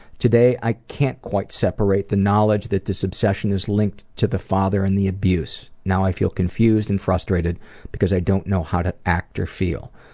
today i can't quite separate the knowledge that this obsession is linked to the father and the abuse, now i feel confused and frustrated because i don't know how to act or feel.